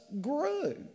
grew